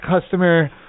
customer